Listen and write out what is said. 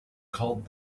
called